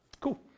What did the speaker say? Cool